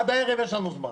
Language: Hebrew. עד הערב יש לנו זמן.